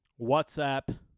WhatsApp